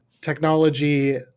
technology